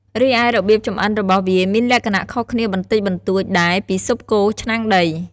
រីឯរបៀបចម្អិនរបស់វាមានលក្ខណៈខុសគ្នាបន្តិចបន្តួចដែរពីស៊ុបគោឆ្នាំងដី។